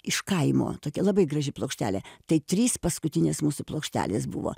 iš kaimo tokia labai graži plokštelė tai trys paskutinės mūsų plokštelės buvo